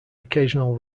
occasional